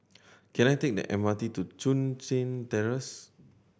can I take the M R T to Chun Tin Terrace